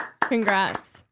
Congrats